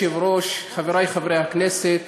אדוני היושב-ראש, חבריי חברי הכנסת,